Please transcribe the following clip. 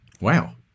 Wow